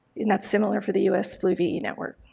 and that's similar for the us flu ve network.